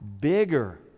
bigger